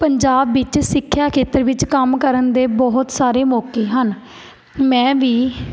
ਪੰਜਾਬ ਵਿੱਚ ਸਿੱਖਿਆ ਖੇਤਰ ਵਿੱਚ ਕੰਮ ਕਰਨ ਦੇ ਬਹੁਤ ਸਾਰੇ ਮੌਕੇ ਹਨ ਮੈਂ ਵੀ